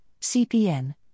CPN